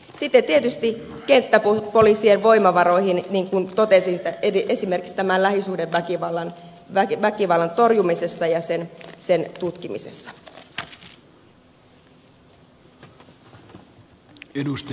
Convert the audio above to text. sitten tietysti kenttäpoliisien voimavaroihin niin kuin totesin esimerkiksi tämän lähisuhdeväkivallan torjumisessa ja tutkimisessa on panostettava